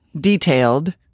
detailed